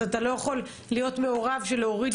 אז אתה לא יכול להיות מעורב ולהוריד